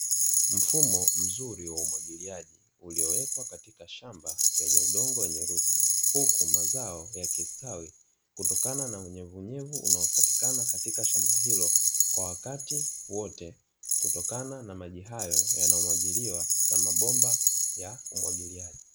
Mfumo mzuri wa umwagiliaji, uliowekwa katika shamba lenye udongo wenye rutuba, huku mazao yakistawi kutokana na unyevunyevu unaopatikana katika shamba hilo kwa wakati wote, kutokana na maji hayo yanayomwagiliwa na mabomba ya umwagiliaji.